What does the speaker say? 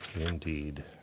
indeed